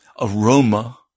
aroma